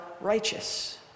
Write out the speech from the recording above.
righteous